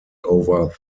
over